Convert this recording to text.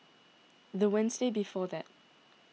the Wednesday before that